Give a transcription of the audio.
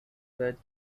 led